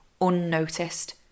unnoticed